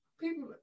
people